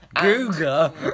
Google